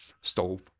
stove